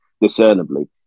discernibly